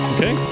Okay